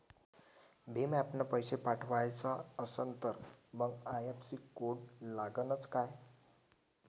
भीम ॲपनं पैसे पाठवायचा असन तर मंग आय.एफ.एस.सी कोड लागनच काय?